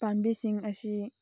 ꯄꯥꯝꯕꯤꯁꯤꯡ ꯑꯁꯤ